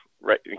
Right